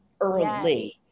early